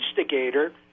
instigator